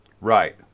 Right